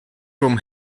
from